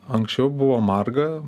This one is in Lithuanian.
anksčiau buvo marga